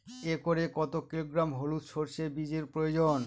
একরে কত কিলোগ্রাম হলুদ সরষে বীজের প্রয়োজন?